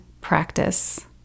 practice